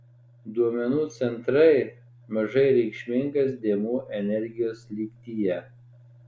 duomenų centrai mažai reikšmingas dėmuo energijos lygtyje